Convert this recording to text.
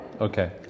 Okay